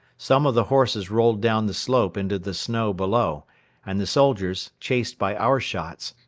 some of the horses rolled down the slope into the snow below and the soldiers, chased by our shots,